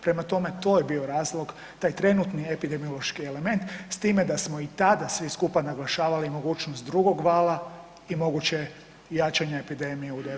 Prema tome to je bio razlog taj trenutni epidemiološki element s time da smo i tada svi skupa naglašavali mogućnost drugog vala i mogućeg jačanja epidemije u 9. mjesecu.